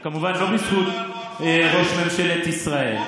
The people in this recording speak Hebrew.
כמובן, לא בזכות ראש ממשלת ישראל.